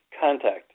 contact